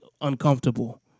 uncomfortable